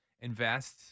invest